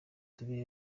tube